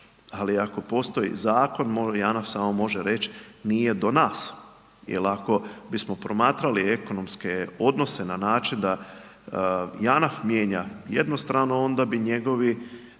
ali ako postoji zakon MOL i JANAF samo može reći nije do nas. Jer ako bismo promatrali ekonomske odnose na način da JANAF mijenja jednu stranu, onda bi njegovi